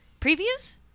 Previews